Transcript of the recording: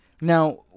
Now